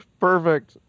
Perfect